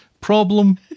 Problem